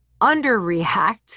underreact